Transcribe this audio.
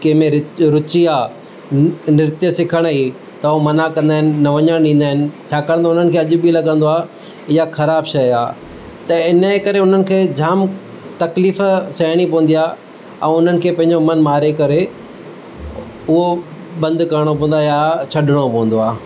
कंहिंमें रु रुची आहे नृत्य सिखण जी त हू मना कंदा आहिनि न वञणु ॾींदा आहिनि छाकाणि त उन्हनि खे अॼु बि लॻंदो आहे इहा ख़राबु शइ आहे त हिन करे उन्हनि खे जामु तकलीफ़ सहणी पवंदी आहे ऐं उननि खे पंहिंजो मन मारे करे उहो बंदि करिणो पवंदो आहे या छॾिणो पवंदो आहे